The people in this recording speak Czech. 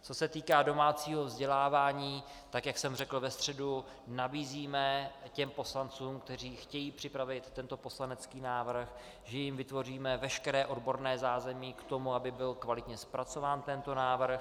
Co se týká domácího vzdělávání, tak jak jsem řekl ve středu, nabízíme těm poslancům, kteří chtějí připravit tento poslanecký návrh, že jim vytvoříme veškeré odborné zázemí k tomu, aby byl kvalitně zpracován tento návrh.